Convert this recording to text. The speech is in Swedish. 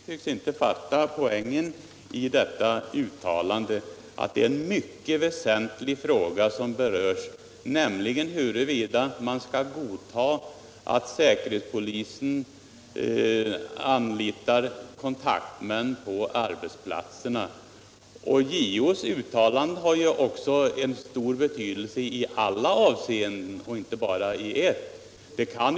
Herr talman! Herr Nordin tycks inte fauta poängen i uttalandet att det är en mycket väsentlig fråga som berörs, nämligen huruvida man skall godta att säkerhetspolisen anlitar kontaktmän på arbetsplatserna. JO:s uttalande har ju också en stor betydelse i alla avseenden och inte bara när det giller evt fall.